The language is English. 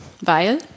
weil